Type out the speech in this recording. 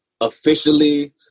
Officially